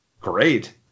great